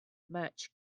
much